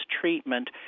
treatment